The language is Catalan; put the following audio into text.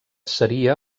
seria